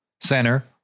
Center